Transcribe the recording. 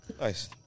Nice